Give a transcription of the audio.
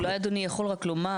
אולי אדוני יכול לומר,